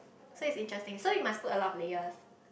so it's interesting so you must put a lot of layers